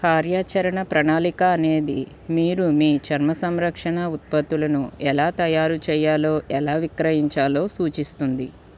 కార్యాచరణ ప్రణాళిక అనేది మీరు మీ చర్మ సంరక్షణ ఉత్పత్తులను ఎలా తయారు చేయాలో ఎలా విక్రయించాలో సూచిస్తుంది